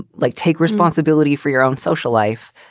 like take responsibility for your own social life.